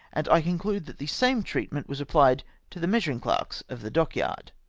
and i conclude that the same treatment was applied to the measuring clerks of the dockyard.